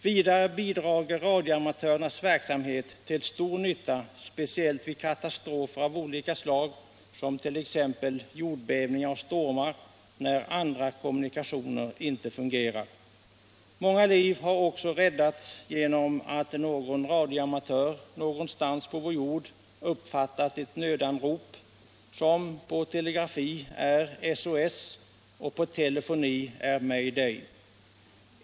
Vidare är radioamatörernas verksamhet till stor nytta speciellt vid katastrofer av olika slag, som t.ex. jordbävningar och stormar när andra kommunikationer inte fungerar. Många liv har också räddats genom att någon radioamatör någonstans på vår jord uppfattat ett nödanrop, som på telegrafi är SOS och på telefoni Mayday.